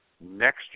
next